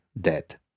dead